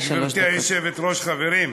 גברתי היושבת-ראש, חברים,